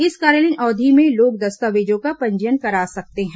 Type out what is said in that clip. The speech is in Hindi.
इस कार्यालयीन अवधि में लोग दस्तावेजों का पंजीयन करा सकते हैं